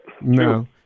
No